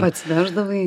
pats vešdavai